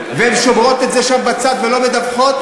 הן שומרות את זה שם בצד ולא מדווחות?